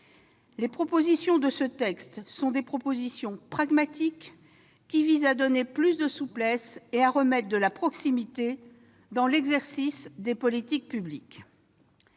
Les propositions de ce texte sont résolument pragmatiques : elles visent à donner plus de souplesse et à remettre de la proximité dans l'exercice des politiques publiques.